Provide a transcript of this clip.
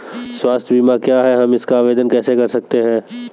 स्वास्थ्य बीमा क्या है हम इसका आवेदन कैसे कर सकते हैं?